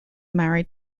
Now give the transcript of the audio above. married